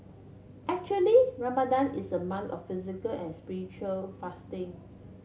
actually Ramadan is a month of physical and spiritual fasting